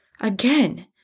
Again